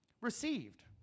received